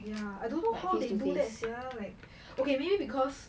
ya I don't know how they do that sia like okay maybe because